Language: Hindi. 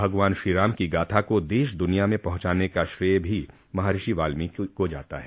भगवान श्रीराम की गाथा को देश दुनिया में पहुंचाने का श्रेय महर्षि वाल्मीकि को जाता है